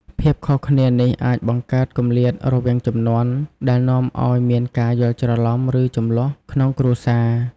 ភាពខុសគ្នានេះអាចបង្កើតគម្លាតរវាងជំនាន់ ដែលនាំឱ្យមានការយល់ច្រឡំ ឬជម្លោះក្នុងគ្រួសារ។